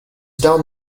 down